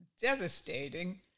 devastating